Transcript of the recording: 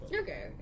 okay